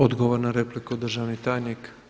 Odgovor na repliku državni tajnik.